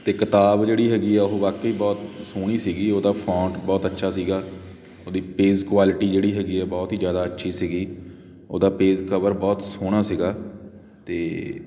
ਅਤੇ ਕਿਤਾਬ ਜਿਹੜੀ ਹੈਗੀ ਆ ਉਹ ਵਾਕਈ ਬਹੁਤ ਸੋਹਣੀ ਸੀਗੀ ਉਹਦਾ ਫੋਂਟ ਬਹੁਤ ਅੱਛਾ ਸੀਗਾ ਉਹਦੀ ਪੇਜ਼ ਕੁਆਲਿਟੀ ਜਿਹੜੀ ਹੈਗੀ ਆ ਬਹੁਤ ਹੀ ਜ਼ਿਆਦਾ ਅੱਛੀ ਸੀਗੀ ਉਹਦਾ ਪੇਜ਼ ਕਵਰ ਬਹੁਤ ਸੋਹਣਾ ਸੀਗਾ ਅਤੇ